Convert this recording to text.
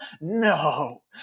No